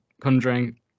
Conjuring